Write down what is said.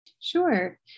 Sure